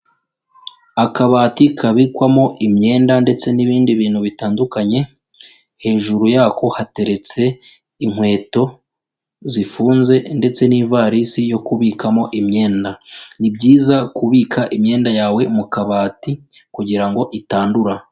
Akabati kabikwamo imyenda ndetse n'ibindi bintu bitandukanye, hejuru yako hateretse inkweto zifunze ndetse n'ivarisi yo kubikamo imyenda, ni byiza kubika imyenda yawe mu kabati kugirango itandura.